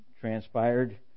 transpired